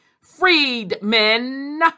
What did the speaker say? freedmen